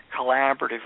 collaboratively